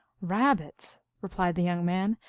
rab-bits! replied the young man.